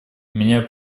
меня